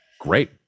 Great